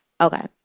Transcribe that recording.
Okay